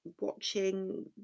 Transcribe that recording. watching